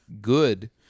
good